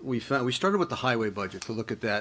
we found we started with the highway budget to look at that